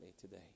today